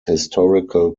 historical